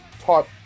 type